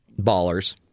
Ballers